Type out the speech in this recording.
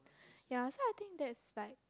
ya so I think that is like